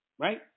right